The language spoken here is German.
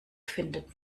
findet